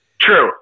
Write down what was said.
True